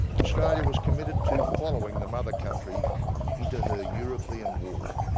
australia was committed to following the mother country into her european war.